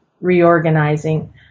reorganizing